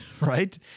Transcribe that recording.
Right